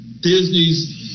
Disney's